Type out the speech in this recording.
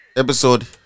episode